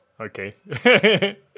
Okay